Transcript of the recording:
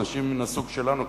אנשים מן הסוג שלנו,